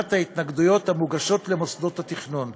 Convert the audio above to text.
לבחינת ההתנגדויות המוגשות למוסדות התכנון,